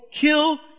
kill